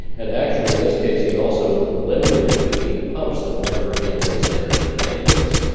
and actually, in this case he also eliminated fifteen pumps that will never again waste energy and maintenance.